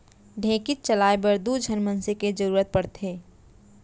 ढेंकीच चलाए बर दू झन मनसे के जरूरत पड़थे